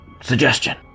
suggestion